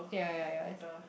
ya ya ya